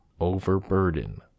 overburden